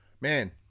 Man